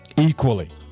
equally